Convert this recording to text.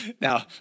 Now